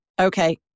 Okay